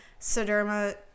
Soderma